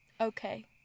Okay